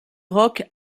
rock